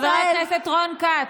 חבר הכנסת רון כץ,